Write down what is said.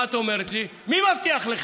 מה את אומרת לי: מי מבטיח לך?